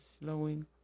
slowing